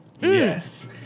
Yes